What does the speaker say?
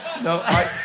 No